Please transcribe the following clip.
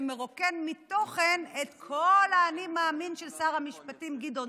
שמרוקן מתוכן את כל האני מאמין של שר המשפטים גדעון